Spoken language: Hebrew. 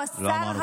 הוא השר,